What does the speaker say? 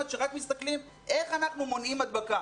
שרק מסתכלים איך אנחנו מונעים הדבקה.